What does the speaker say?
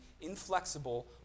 inflexible